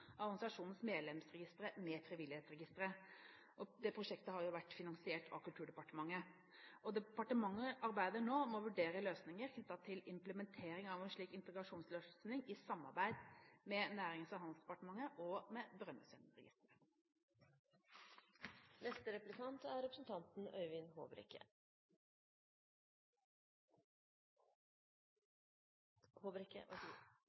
organisasjonens medlemsregistre med Frivillighetsregisteret. Det prosjektet har vært finansiert av Kulturdepartementet, og departementet arbeider nå med å vurdere løsninger knyttet til implementering av en slik integrasjonsløsning i samarbeid med Nærings- og handelsdepartementet og